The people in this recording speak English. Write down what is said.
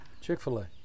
Chick-fil-A